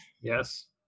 Yes